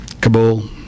Kabul